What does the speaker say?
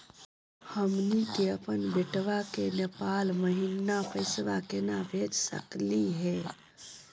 हमनी के अपन बेटवा क नेपाल महिना पैसवा केना भेज सकली हे?